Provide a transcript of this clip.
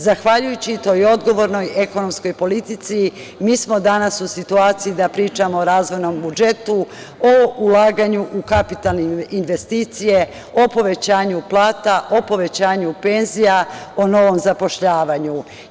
Zahvaljujući toj odgovornoj ekonomskoj politici, mi smo danas u situaciji da pričamo o razvojnom budžetu, o ulaganju u kapitalne investicije, o povećanju plata, o povećanju penzija, o novom zapošljavanju.